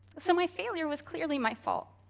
so, my failure was clearly my fault.